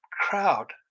Crowd